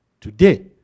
Today